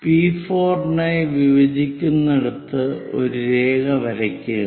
P 4 നായി വിഭജിക്കുന്നിടത്ത് ഒരു രേഖ വരയ്ക്കുക